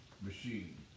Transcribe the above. machine